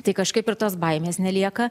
tai kažkaip ir tos baimės nelieka